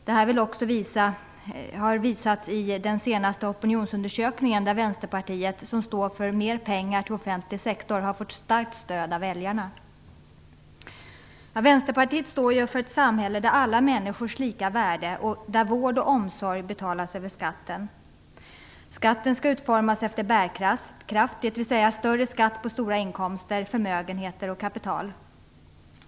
Detta har också visats i den senaste opinionsundersökningen där Vänsterpartiet, som står för mer pengar till offentlig sektor, har fått starkt stöd av väljarna. Vänsterpartiet står för ett samhälle där alla människor har lika värde och där vård och omsorg betalas över skatten. Skatten skall utformas efter bärkraft, dvs. större skatt på stora inkomster, förmögenheter och kapital.